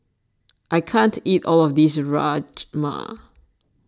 I can't eat all of this Rajma